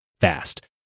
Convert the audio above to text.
fast